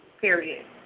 period